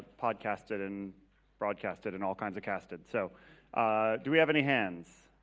podcasted and broadcasted and all kinds of casted so do we have any hands.